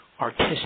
artistic